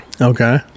Okay